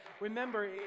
remember